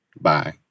Bye